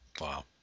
Wow